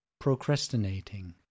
procrastinating